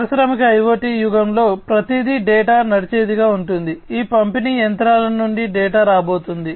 పారిశ్రామిక ఐయోటి యుగంలో ప్రతిదీ డేటా నడిచేదిగా ఉంటుంది ఈ పంపిణీ యంత్రాల నుండి డేటా రాబోతోంది